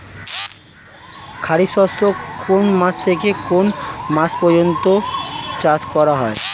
খারিফ শস্য কোন মাস থেকে কোন মাস পর্যন্ত চাষ করা হয়?